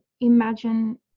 imagine